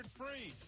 free